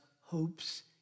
hopes